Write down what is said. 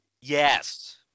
Yes